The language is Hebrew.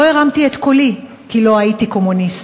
לא הרמתי את קולי, כי לא הייתי קומוניסט,